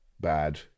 bad